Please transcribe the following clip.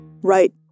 Right